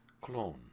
Clone